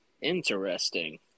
Interesting